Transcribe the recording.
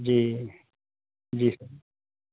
جی جی سر